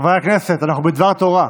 חברי הכנסת, אנחנו בדבר תורה.